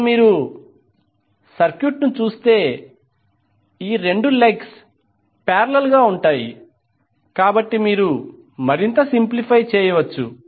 ఇప్పుడు మీరు సర్క్యూట్ చూస్తే ఈ రెండు లెగ్స్ పారేలల్ గా ఉంటాయి కాబట్టి మీరు మరింత సింప్లిఫై చేయవచ్చు